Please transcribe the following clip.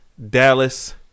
Dallas